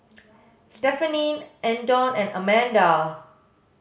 Stephenie Andon and Amanda